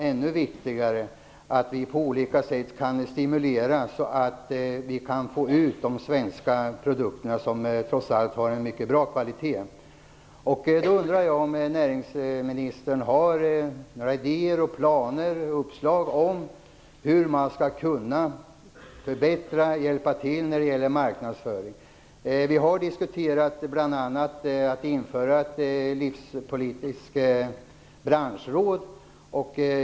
Ännu viktigare är att vi på olika sätt stimulerar till en export av de svenska produkterna, som trots allt håller en mycket hög kvalitet. Jag undrar om näringsministern har några idéer, planer och uppslag om hur man skall kunna förbättra och hjälpa till när det gäller marknadsföring. Vi har bl.a. diskuterat att införa ett livsmedelspolitiskt branschråd.